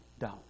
down